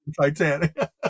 Titanic